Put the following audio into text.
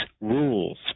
Rules